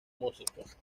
músicos